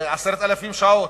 כ-10,000 שעות,